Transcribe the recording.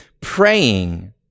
praying